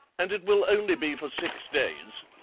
and it will only be for six days.